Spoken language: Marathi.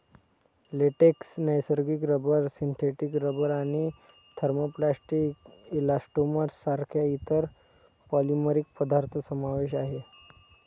लेटेक्स, नैसर्गिक रबर, सिंथेटिक रबर आणि थर्मोप्लास्टिक इलास्टोमर्स सारख्या इतर पॉलिमरिक पदार्थ समावेश आहे